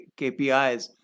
KPIs